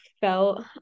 felt